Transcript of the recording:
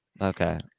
Okay